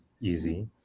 easy